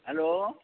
hello